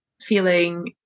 feeling